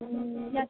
या